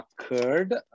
occurred